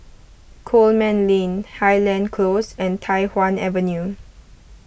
Coleman Lane Highland Close and Tai Hwan Avenue